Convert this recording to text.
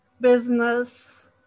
business